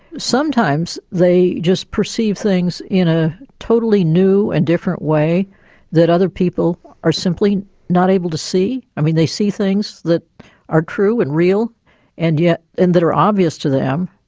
sometimes they just perceive things in a totally new and different way that other people are simply not able to see. i mean they see things that are true and real and yeah and that are obvious to them